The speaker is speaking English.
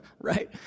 right